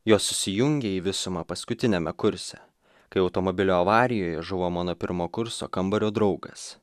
jos susijungė į visumą paskutiniame kurse kai automobilio avarijoje žuvo mano pirmo kurso kambario draugas